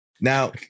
Now